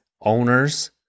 owners